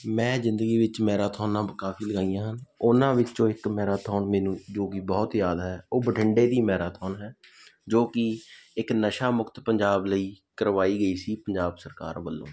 ਮੈਂ ਜ਼ਿੰਦਗੀ ਵਿੱਚ ਮੇਰਾਥੋਨਾਂ ਕਾਫੀ ਲਗਾਈਆਂ ਹਨ ਉਹਨਾਂ ਵਿੱਚੋਂ ਇੱਕ ਮੈਰਾਥੋਨ ਮੈਨੂੰ ਜੋ ਕਿ ਬਹੁਤ ਯਾਦ ਹੈ ਉਹ ਬਠਿੰਡੇ ਦੀ ਮੈਰਾਥੋਨ ਹੈ ਜੋ ਕਿ ਇੱਕ ਨਸ਼ਾ ਮੁਕਤ ਪੰਜਾਬ ਲਈ ਕਰਵਾਈ ਗਈ ਸੀ ਪੰਜਾਬ ਸਰਕਾਰ ਵੱਲੋਂ